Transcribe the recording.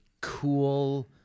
cool